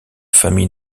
famille